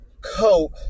coat